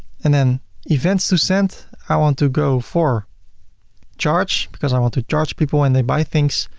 and then events to send, i want to go for charge because i want to charge people when they buy things.